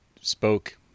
spoke